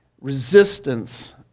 resistance